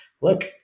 look